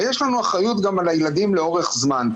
הרי יש לנו גם אחריות על הילדים לאורך זמן.